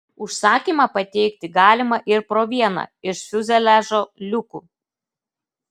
užsakymą pateikti galima ir pro vieną iš fiuzeliažo liukų